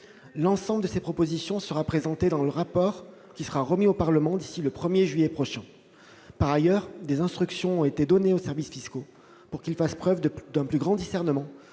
L'ensemble de ces propositions sera présenté dans le rapport qui sera remis au Parlement d'ici au 1 juillet prochain. Par ailleurs, des instructions ont été données aux services fiscaux pour qu'ils fassent preuve d'un plus grand discernement